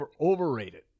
overrated